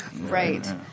Right